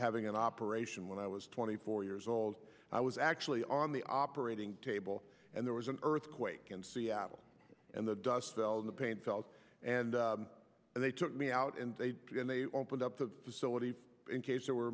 having an operation when i was twenty four years old i was actually on the operating table and there was an earthquake in seattle and the dust fell and the pain felt and and they took me out and they and they opened up the facility in case there were